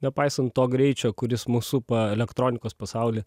nepaisant to greičio kuris mus supa elektronikos pasauly